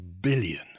billion